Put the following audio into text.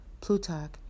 Plutarch